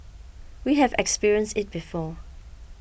we have experienced it before